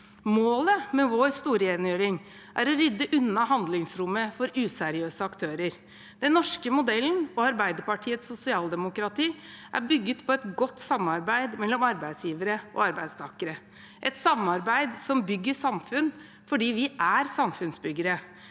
Målet med vår storrengjøring er å rydde unna handlingsrommet for useriøse aktører. Den norske modellen og Arbeiderpartiets sosialdemokrati er bygget på et godt samarbeid mellom arbeidsgivere og arbeidstakere, et samarbeid som bygger samfunn – fordi vi er samfunnsbyggere.